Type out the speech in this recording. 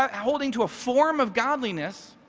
um holding to a form of godliness,